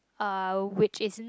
uh which isn't